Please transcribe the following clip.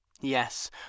Yes